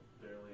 barely